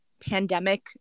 pandemic